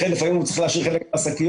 לכן לפעמים הוא צריך להשאיר חלק מהשקיות.